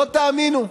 לא תאמינו,